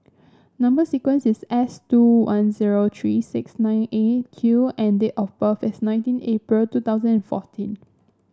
number sequence is S two one zero three six nine Eight Q and date of birth is nineteen April two thousand and fourteen